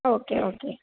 okay okay